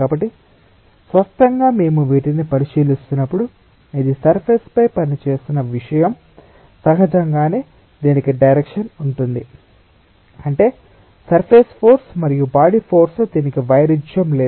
కాబట్టి స్పష్టంగా మేము వీటిని పరిశీలిస్తున్నప్పుడు ఇది సర్ఫేస్ పై పనిచేస్తున్న విషయం సహజంగానే దీనికి డైరెక్షన్ ఉంటుంది అంటే సర్ఫేస్ ఫోర్స్ మరియు బాడీ ఫోర్స్ తో దీనికి వైరుధ్యం లేదు